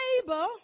neighbor